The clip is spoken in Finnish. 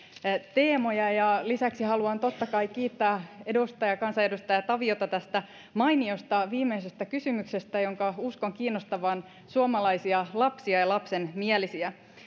teemoja lisäksi haluan totta kai kiittää kansanedustaja taviota tästä mainiosta viimeisestä kysymyksestä jonka uskon kiinnostavan suomalaisia lapsia ja ja lapsenmielisiä